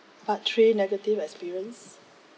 part three negative experience